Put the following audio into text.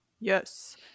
Yes